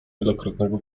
wielokrotnego